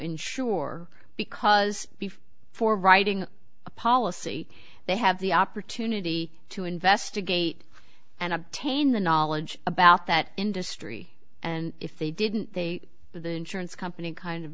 insure because beef for writing a policy they have the opportunity to investigate and obtain the knowledge about that industry and if they didn't they the insurance company kind of